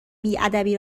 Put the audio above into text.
بیادبی